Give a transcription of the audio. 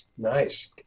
Nice